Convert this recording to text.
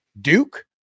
Duke